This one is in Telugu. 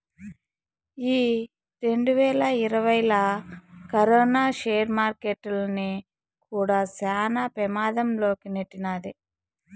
ఈ రెండువేల ఇరవైలా కరోనా సేర్ మార్కెట్టుల్ని కూడా శాన పెమాధం లోకి నెట్టినాది